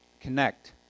connect